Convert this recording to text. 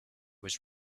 was